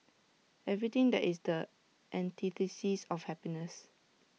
everything that is the antithesis of happiness